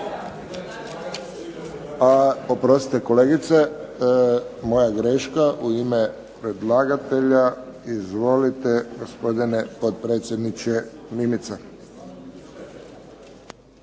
Oprostite kolegice, moja greška. U ime predlagatelja, izvolite gospodine potpredsjedniče Mimica.